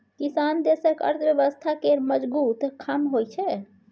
किसान देशक अर्थव्यवस्था केर मजगुत खाम्ह होइ छै